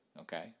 Okay